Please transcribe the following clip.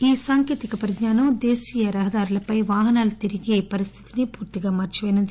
ఈ సాంకేతిక పరిజ్ఞానం దేశీయ రహదారులపై వాహనాలు తిరిగి పరిస్థితిని పూర్తిగా మార్చివేయనుంది